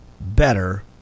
better